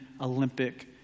Olympic